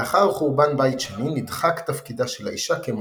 לאחר חורבן בית שני נדחק תפקידה של האישה כמוהלת.